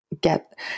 get